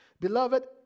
Beloved